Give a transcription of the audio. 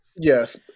Yes